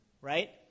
right